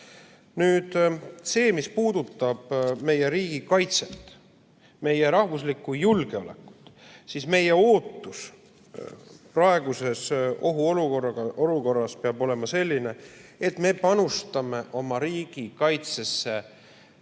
mõeldav. Mis puudutab meie riigikaitset, meie rahva julgeolekut, siis meie ootus praeguses ohuolukorras peab olema selline, et me panustame oma riigi kaitsesse